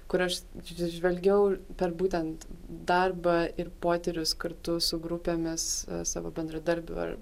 kur aš žvelgiau per būtent darbą ir potyrius kartu su grupėmis savo bendradarbių ar